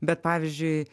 bet pavyzdžiui